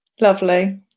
Lovely